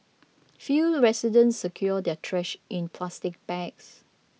few residents secured their trash in plastic bags